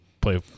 play